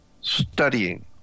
studying